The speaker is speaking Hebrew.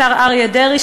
השר אריה דרעי,